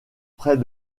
près